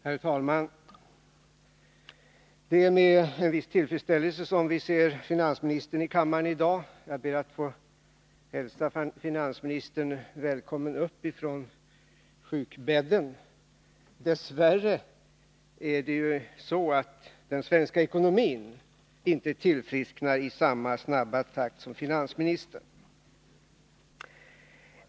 Herr talman! Det är med en viss tillfredsställelse som vi ser finansministern i kammaren i dag. Jag ber att få hälsa honom välkommen upp ifrån sjukbädden. Dess värre tillfrisknar emellertid inte den svenska ekonomin i samma snabba takt som finansministern.